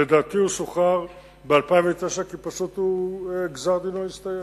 לדעתי הוא שוחרר ב-2009 כי פשוט גזר-דינו הסתיים.